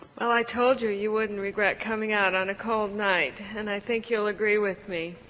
well i told you you wouldn't regret coming out on a cold night and i think you'll agree with me.